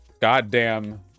goddamn